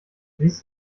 siehst